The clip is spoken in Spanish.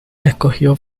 escogió